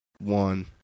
one